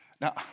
Now